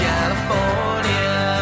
California